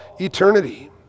eternity